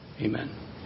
Amen